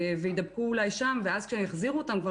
ויידבקו אולי שם ואז כשיחזירו אותם כבר